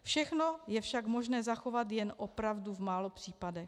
Všechno je však možné zachovat jen opravdu v málo případech.